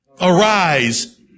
Arise